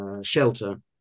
shelter